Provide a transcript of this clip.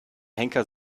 henker